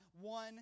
One